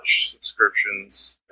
subscriptions